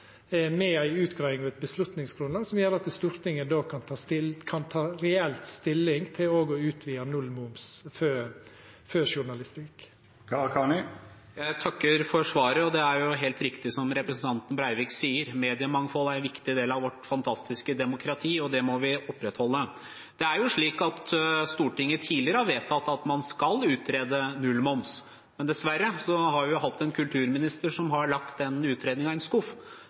med ei utgreiing og eit vedtaksgrunnlag som gjer at Stortinget kan ta reelt stilling til òg å utvida nullmomsen for journalistikk. Jeg takker for svaret. Det er helt riktig som representanten Breivik sier, mediemangfold er en viktig del av vårt fantastiske demokrati, og det må vi opprettholde. Det er jo slik at Stortinget tidligere har vedtatt at man skal utrede nullmoms, men dessverre har vi hatt en kulturminister som har lagt den utredningen i en skuff.